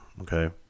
Okay